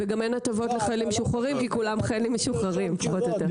גם אין הטבות לחיילים משוחררים כי כולם חיילים משוחררים פחות או יותר.